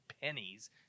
pennies